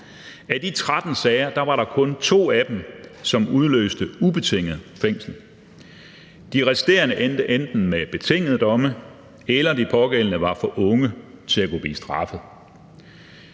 Af de 13 sager var der kun 2, som udløste ubetinget fængsel. De resterende endte med enten betingede domme eller med, at de pågældende var for unge til at kunne blive straffet.